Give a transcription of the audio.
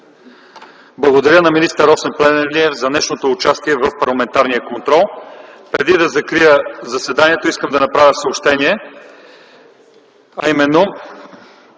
Благодаря на министър Росен Плевнелиев за днешното участие в парламентарния контрол. Преди да закрия заседанието, искам да направя съобщение, а именно: